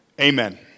amen